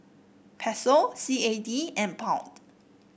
Peso C A D and Pound